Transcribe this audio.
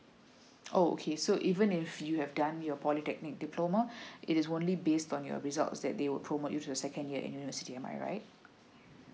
oh okay so even if you have done your polytechnic diploma it is only based on your results that they will promote you to the second year university am I right